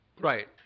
Right